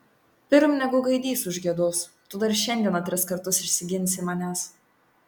pirm negu gaidys užgiedos tu dar šiandieną tris kartus išsiginsi manęs